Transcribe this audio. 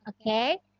okay